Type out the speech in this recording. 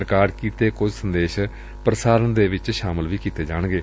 record ਕੀਤੇ ਕੁਝ ਸੰਦੇਸ਼ ਪ੍ਸਾਰਣ ਵਿਚ ਸ਼ਾਮਲ ਕੀਤੇ ਜਾਣਗੇ